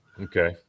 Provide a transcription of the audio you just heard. Okay